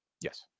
Yes